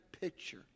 picture